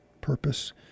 purpose